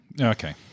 Okay